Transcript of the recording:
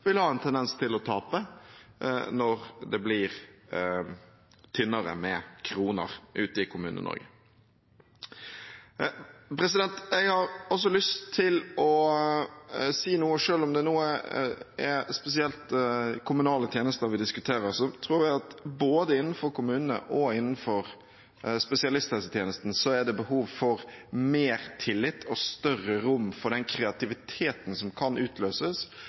vil ha en tendens til å tape når det blir tynnere med kroner ute i Kommune-Norge. Selv om det nå spesielt er kommunale tjenester vi diskuterer, tror jeg at det både innenfor kommunene og innenfor spesialisthelsetjenesten er behov for mer tillit og større rom for den kreativiteten som kan utløses